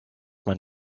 man